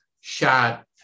shot